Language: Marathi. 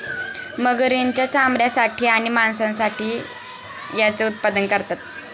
मगरींच्या चामड्यासाठी आणि मांसासाठी याचे उत्पादन करतात